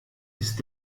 ist